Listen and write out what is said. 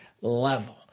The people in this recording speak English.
level